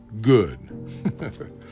good